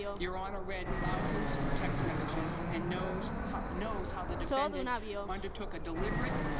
your honor read thousands of text messages and knows how knows how the defendant undertook a deliberate,